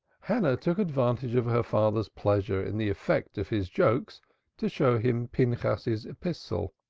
hannah took advantage of her father's pleasure in the effect of his jokes to show him pinchas's epistle,